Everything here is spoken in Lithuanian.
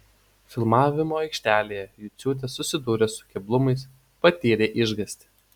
filmavimo aikštelėje juciūtė susidūrė su keblumais patyrė išgąstį